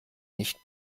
nicht